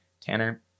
Tanner